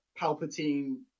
Palpatine